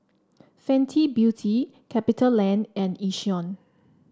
Fenty Beauty Capitaland and Yishion